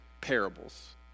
parables